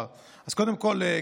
קודם כול,